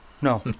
No